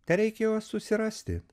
tereikia juos susirasti